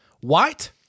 white